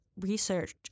research